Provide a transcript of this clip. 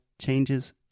changes